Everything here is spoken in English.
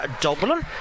Dublin